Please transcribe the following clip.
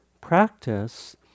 practice